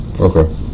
Okay